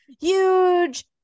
huge